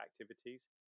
activities